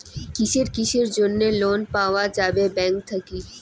কিসের কিসের জন্যে লোন পাওয়া যাবে ব্যাংক থাকি?